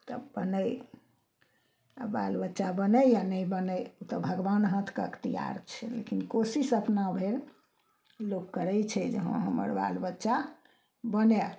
तब बनय आओर बाल बच्चा बनय आओर नहि बनय ओ तऽ भगवान हाथके अख्तियार छै लेकिन कोशिश अपना भरि लोक करय छै जे हँ हमर बाल बच्चा बनय